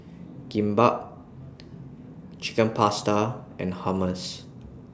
Kimbap Chicken Pasta and Hummus